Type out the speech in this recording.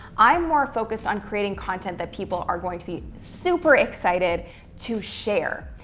i'm more focused on creating content that people are going to be super excited to share,